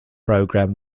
program